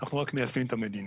אנחנו רק מיישמים את המדיניות.